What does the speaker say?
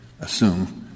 assume —